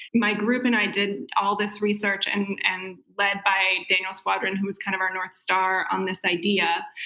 my group and i did all this research and and led by daniel squadron, who was kind of our north star on this idea,